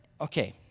Okay